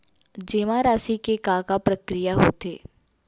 जेमा राशि के का प्रक्रिया होथे?